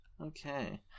Okay